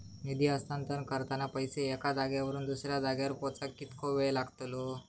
निधी हस्तांतरण करताना पैसे एक्या जाग्यावरून दुसऱ्या जाग्यार पोचाक कितको वेळ लागतलो?